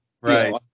Right